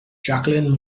jacqueline